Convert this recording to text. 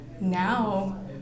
now